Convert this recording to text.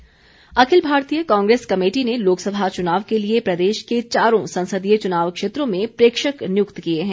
नियुक्ति अखिल भारतीय कांग्रेस कमेटी ने लोकसभा चुनाव के लिए प्रदेश के चारों संसदीय चुनाव क्षेत्रों में प्रेक्षक नियुक्त किए हैं